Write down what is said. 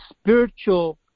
spiritual